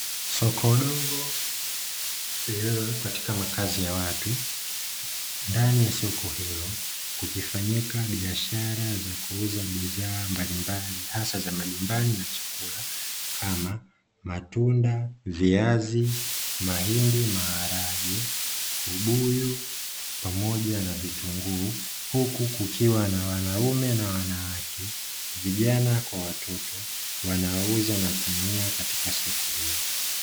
Soko dogo lililo katika makazi ya watu. Ndani ya soko hilo kukifanyika biashara za kuuza bidhaa mbalimbali hasa za majumbani na chakula, kama: matunda viazi, mahindi, maharage, ubuyu pamoja na vitunguu; huku kukiwa na wanaume na wanawake, vijana kwa watoto wanauza na kununua katika soko hilo.